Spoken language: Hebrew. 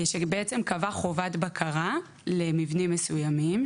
שבעצם קבע חובת בקרה למבנים מסוימים,